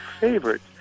favorite